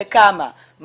בכמה,